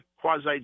quasi